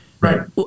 Right